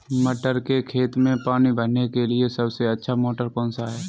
मटर के खेत में पानी भरने के लिए सबसे अच्छा मोटर कौन सा है?